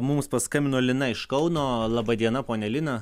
mums paskambino lina iš kauno laba diena ponia lina